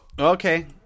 okay